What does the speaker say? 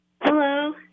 Hello